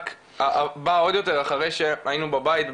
רק בא עוד יותר אחרי שהיינו בבית,